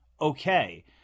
okay